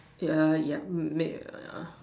yeah yeah m~ make a